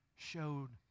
showed